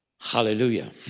Hallelujah